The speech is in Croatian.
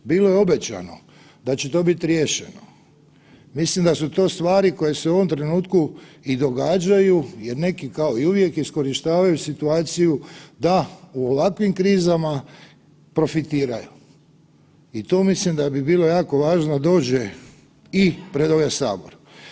Bilo je obećano da će to biti riješeno, mislim da su to stvari koje se u ovom trenutku i događaju jer neki kao i uvijek iskorištavaju situaciju da u ovakvim krizama profitiraju i tu mislim da bi bilo jako važno da dođe i pred ovaj Sabor.